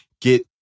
get